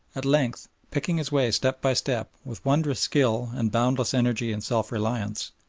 at length, picking his way step by step with wondrous skill and boundless energy and self-reliance,